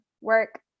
work